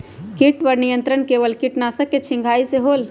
किट पर नियंत्रण केवल किटनाशक के छिंगहाई से होल?